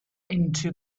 into